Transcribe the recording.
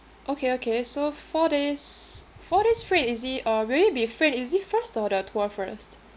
okay okay so four days four days free and easy uh will it be free and easy first or the tour first